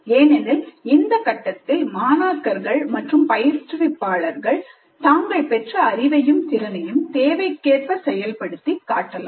ஏனெனில் இந்த கட்டத்தில் மாணாக்கர்கள்மற்றும் பயிற்றுவிப்பாளர் தாங்கள் பெற்ற அறிவையும் திறனையும் தேவைக்கேற்ப செயல்படுத்தி காட்டலாம்